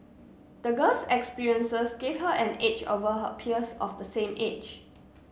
the girl's experiences gave her an edge over her peers of the same age